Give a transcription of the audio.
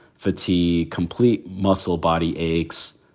fatigue, complete muscle, body aches,